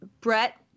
Brett